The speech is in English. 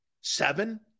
Seven